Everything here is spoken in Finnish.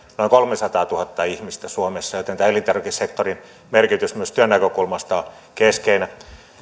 noin kolmesataatuhatta ihmistä suomessa joten elintarvikesektorin merkitys myös työn näkökulmasta on keskeinen